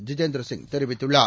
ஜிதேந்திரசிங் தெரிவித்துள்ளார்